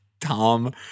Tom